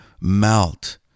melt